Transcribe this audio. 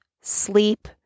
sleep